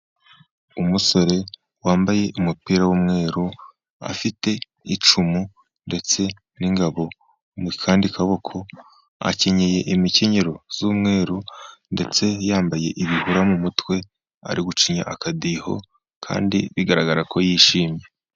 Umusore wambaye umupira w'umweru afite icumu ndetse n'ingabo mu kandi kaboko, akenyeye imikenyero y'umweru, ndetse yambaye ibihura mu mutwe. Ari gucinya akadiho kandi bigaragara ko yishimye.